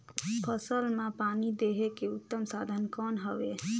फसल मां पानी देहे के उत्तम साधन कौन हवे?